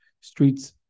streets